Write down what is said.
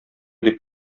дип